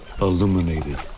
illuminated